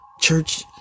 church